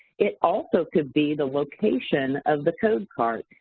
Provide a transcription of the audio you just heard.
it also could be the location of the code cart.